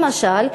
למשל,